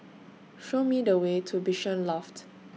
Show Me The Way to Bishan Loft